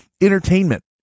Entertainment